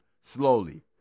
slowly